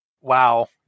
Wow